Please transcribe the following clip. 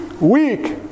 weak